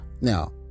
Now